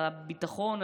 מהביטחון,